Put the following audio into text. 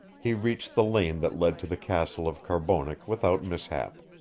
he reached the lane that led to the castle of carbonek without mishap.